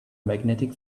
magnetic